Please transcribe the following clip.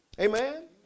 Amen